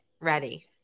ready